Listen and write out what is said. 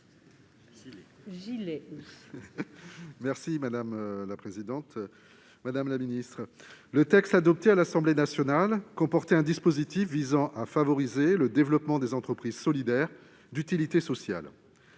: La parole est à M. Hervé Gillé. Le texte adopté à l'Assemblée nationale comportait un dispositif visant à favoriser le développement des entreprises solidaires d'utilité sociale.